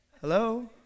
hello